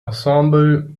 ensemble